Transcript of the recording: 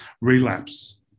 relapse